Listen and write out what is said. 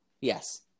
Yes